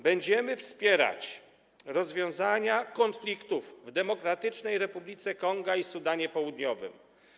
Będziemy wspierać rozwiązania konfliktów w Demokratycznej Republice Konga i Sudanie Południowym.